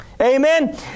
Amen